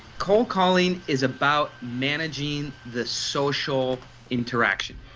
cold calling is about managing the social interaction.